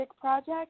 project